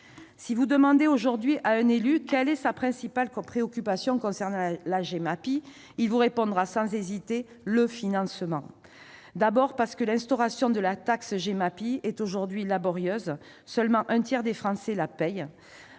Si vous demandez aujourd'hui à un élu quelle est sa principale préoccupation concernant la Gemapi, il vous répondra sans hésiter : le financement ! D'abord, parce que l'instauration de la taxe Gemapi est aujourd'hui laborieuse, seulement un tiers des Français la paye